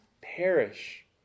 perish